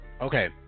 Okay